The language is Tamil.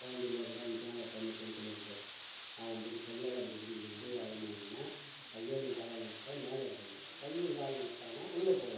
குழந்தைலேக்கூட மேலே தண்ணி கிணத்துல இருக்குது பார்த்து அவன் பிடி கையால் அப்படி பிடி பிடி பிடி அலமோதினா கையாலேயும் காலாலேயும் அடிச்சிட்டால் மேலே இருப்பாங்க கையும் காலும் விட்டாங்கன்னா உள்ளே போவாங்க